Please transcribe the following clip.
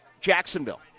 Jacksonville